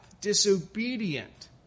disobedient